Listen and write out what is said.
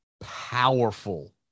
powerful